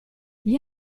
gli